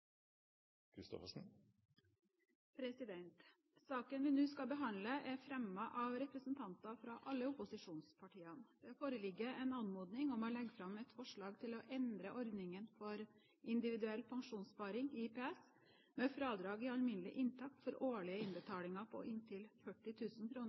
anses vedtatt. Saken vi nå skal behandle, er fremmet av representanter fra alle opposisjonspartiene. Det foreligger en anmodning om å legge fram et forslag til å endre ordningen for individuell pensjonssparing – IPS – med fradrag i alminnelig inntekt for årlige innbetalinger på inntil 40 000 kr,